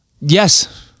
Yes